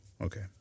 Okay